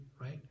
right